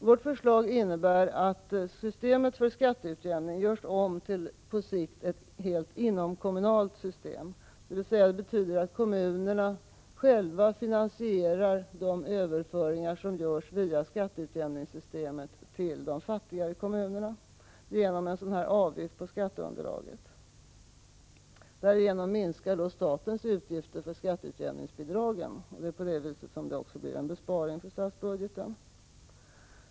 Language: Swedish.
Vårt förslag innebär att systemet för skatteutjämning på längre sikt görs om till ett helt inomkommunalt system. Det betyder att kommunerna själva katteutjämningssystemet till de fattigare kommunerna genom en avgift på skatteunderlaget. Därigenom minskas statens utgifter för skatteutjämningsbidragen, och på det viset blir det också en besparing för statsbudgeten.